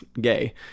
gay